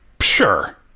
sure